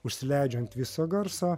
užsileidžiu ant viso garso